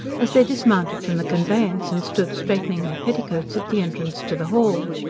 as they dismounted from the conveyance and stood straightening their petticoats at the entrance to the hall.